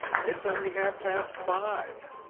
it's only half-past five.